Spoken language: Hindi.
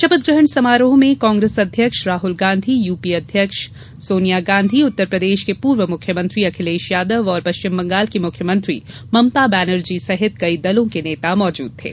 शपथग्रहण समारोह में कांग्रेस अध्यक्ष राहल गांधी यूपीए अध्यक्ष सोनिया गांधी उत्तरप्रदेश के पूर्व मुख्यमंत्री अखिलेश यादव और पश्चिम बंगाल की मुख्यमंत्री ममता बनर्जी सहित कई दलों के नेता मौजूद थे